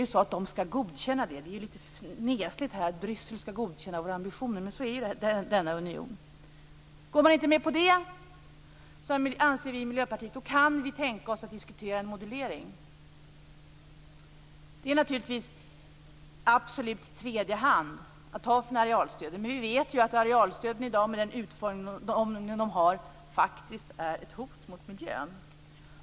Nu skall de godkänna det. Det är lite nesligt att Bryssel ska godkänna våra ambitioner, men så är denna union. Går de inte med på det kan vi i Miljöpartiet tänka oss att diskutera en modulering. Det är i absolut tredje hand att ta från arealstöden. Men vi vet att arealstöden i dag med den utformning de har faktiskt är ett hot mot miljön.